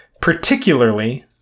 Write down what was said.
particularly